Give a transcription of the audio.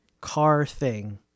Car-thing